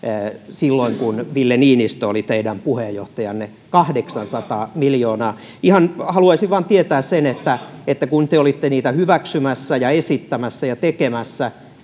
silloin kun ville niinistö oli teidän puheenjohtajanne kahdeksansataa miljoonaa ihan haluaisin vaan tietää sen kun te olitte niitä hyväksymässä ja esittämässä ja tekemässä